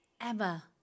Emma